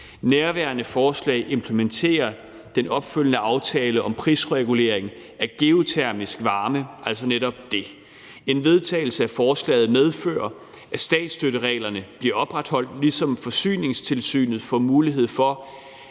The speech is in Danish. Nærværende forslag implementerer den opfølgende aftale om prisregulering af geotermisk varme, altså netop det. En vedtagelse af forslaget medfører, at statsstøttereglerne bliver opretholdt, ligesom Forsyningstilsynet får mulighed for